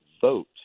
vote